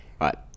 Right